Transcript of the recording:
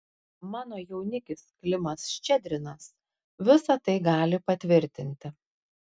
mano jaunikis klimas ščedrinas visa tai gali patvirtinti